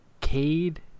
Cade